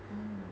mm